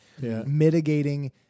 mitigating